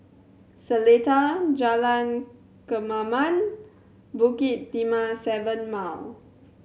Seletar Jalan Kemaman Bukit Timah Seven Mile